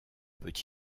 peut